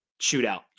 shootout